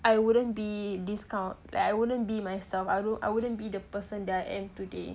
I wouldn't be this kind like I wouldn't be myself I wouldn't be the person that I am today